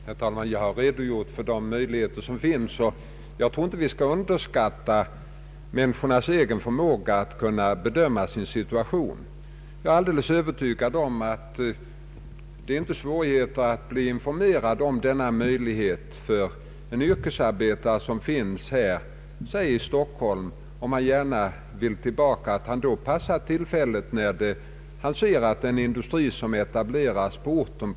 Herr talman! Jag har redogjort för de möjligheter som finns. Jag tror inte vi skall underskatta människornas egen förmåga att kunna bedöma sin situation. Jag är övertygad om att det inte föreligger svårigheter att bli informerad om denna möjlighet för t.ex. en yrkesarbetare som flyttat till Stockholm. Om han vill tillbaka, så kan han ju passa på tillfället när han ser, att en industri etableras på hemorten.